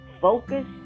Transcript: Focus